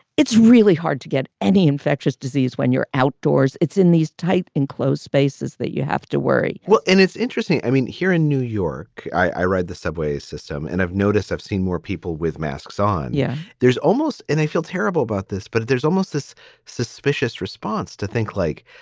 it's really hard to get any infectious disease when you're outdoors. it's in these tight enclosed spaces that you have to worry well, it's interesting. i mean, here in new york, i ride the subway system and i've noticed i've seen more people with masks on. yeah, there's almost. and i feel terrible about this. but there's almost this suspicious response to think like,